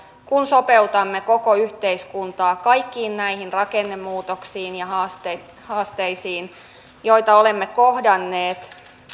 kun sopeutamme koko yhteiskuntaa kaikkiin näihin rakennemuutoksiin ja haasteisiin joita olemme kohdanneet